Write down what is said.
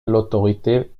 l’autorité